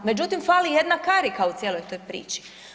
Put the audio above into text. Međutim fali jedna karika u cijeloj toj priči.